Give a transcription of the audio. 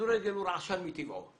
הכדורגל רעשן מטבעו.